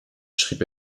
schrieb